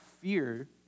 fear